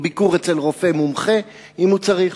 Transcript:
או ביקור אצל רופא מומחה אם הוא צריך,